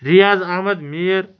Riyaz Ahmad Mir